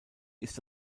ist